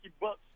Bucks